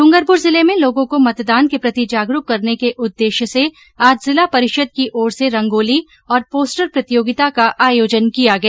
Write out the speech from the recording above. दूंगरपुर जिले में लोगों को मतदान के प्रति जागरूक करने के उद्देश्य से आज जिला परिषद की ओर से रंगोली और पोस्टर प्रतियोगिता का आयोजन किया गया